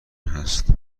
هست